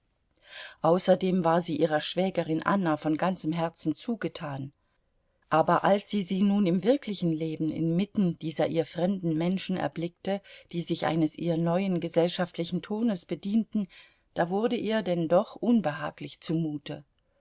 außerdem war sie ihrer schwägerin anna von ganzem herzen zugetan aber als sie sie nun im wirklichen leben inmitten dieser ihr fremden menschen erblickte die sich eines ihr neuen gesellschaftlichen tones bedienten da wurde ihr denn doch unbehaglich zumute